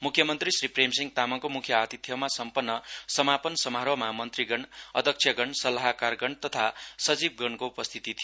म्ख्यमन्त्री श्री प्रेमसिंह तामाङको म्ख्य आतिथ्यमा सम्पन्न समापन समारोहमा मन्त्रीगण अध्यगण स्ल्लाहकर तथा सचिवगणको उपस्थिति थियो